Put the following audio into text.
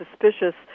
suspicious